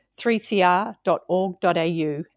3cr.org.au